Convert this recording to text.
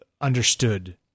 understood